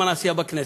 למען עשייה בכנסת.